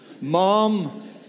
Mom